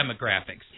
demographics